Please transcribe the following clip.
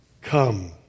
come